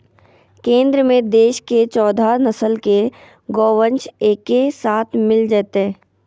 केंद्र में देश के चौदह नस्ल के गोवंश एके साथ मिल जयतय